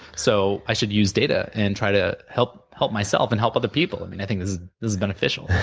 so i should use data and try to help help myself and help other people. i think it's beneficial.